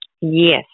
Yes